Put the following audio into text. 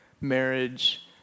marriage